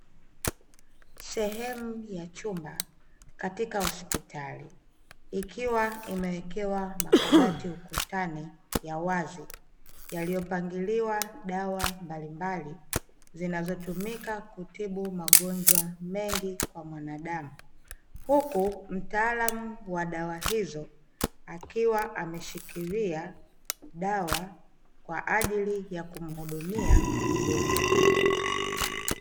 Sehemu ya chumba katika hospitali, ikiwa imewekewa makabati ukutani ya wazi yaliyopangiliwa dawa mbalimbali, zinazotumika kutibu magonjwa mengi kwa mwanadamu. Huku mtaalamu wa dawa hizo akiwa ameshikilia dawa kwa ajili ya kumhudumia mgonjwa.